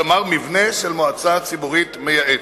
כלומר מבנה של מועצה ציבורית מייעצת.